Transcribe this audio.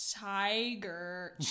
tiger